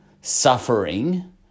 suffering